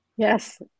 Yes